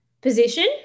position